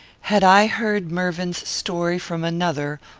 had i heard mervyn's story from another,